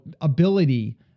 ability